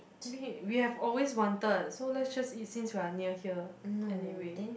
babe we have always wanted so let's just eat since we are near here anyway